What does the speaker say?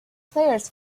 players